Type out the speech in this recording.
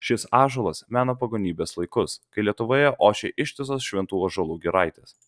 šis ąžuolas mena pagonybės laikus kai lietuvoje ošė ištisos šventų ąžuolų giraitės